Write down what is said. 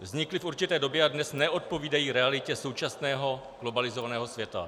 Vznikly v určité době a dnes neodpovídají realitě současného globalizovaného světa.